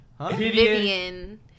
Vivian